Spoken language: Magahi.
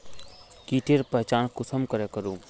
कीटेर पहचान कुंसम करे करूम?